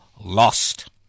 lost